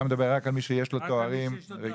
אתה מדבר רק על מי שיש לו תארים רגילים.